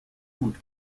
und